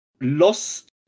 lost